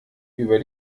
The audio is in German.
über